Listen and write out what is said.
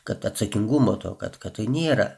kad atsakingumo to kad kad tai nėra